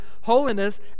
holiness